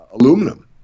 aluminum